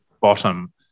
bottom